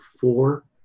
four